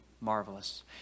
marvelous